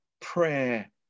prayer